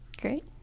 Great